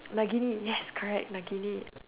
like Nagini yes correct like Nagini